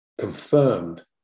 confirmed